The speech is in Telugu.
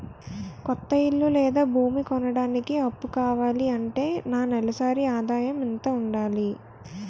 కొత్త ఇల్లు లేదా భూమి కొనడానికి అప్పు కావాలి అంటే నా నెలసరి ఆదాయం ఎంత ఉండాలి?